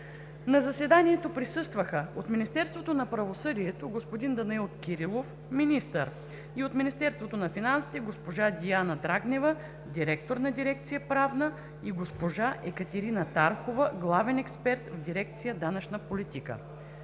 На заседанието присъстваха: от Министерството на правосъдието – господин Данаил Кирилов – министър, и от Министерството на финансите – госпожа Диана Драгнева – директор на дирекция „Правна“, и госпожа Екатерина Тархова – главен експерт в дирекция „Данъчна политика“.